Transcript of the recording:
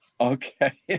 okay